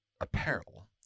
apparel